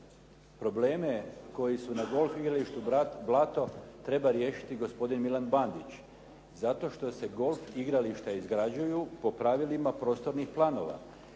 Probleme koji su na golf igralištu Blato treba riješiti gospodin Milan Bandić zato što se golf igrališta izgrađuju po pravilima prostornih planova